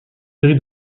série